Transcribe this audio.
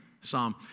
psalm